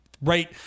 right